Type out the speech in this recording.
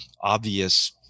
obvious